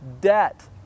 debt